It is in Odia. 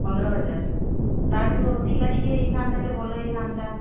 ପନ୍ଦର ହଜାର ତାଠୁ ଅଧିକା ଟିକେ ହୋଇଥାନ୍ତା ହେଲେ ଭଲ ହୋଇଥାନ୍ତା